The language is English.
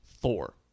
Thor